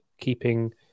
keeping